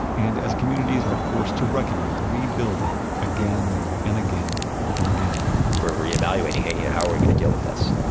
and as communities are forced to reckon with rebuilding again and again and again we're re-evaluating, hey, you know how are we going to deal with this?